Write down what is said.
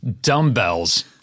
dumbbells